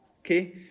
okay